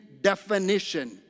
definition